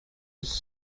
joss